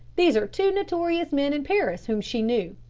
these are two notorious men in paris whom she knew.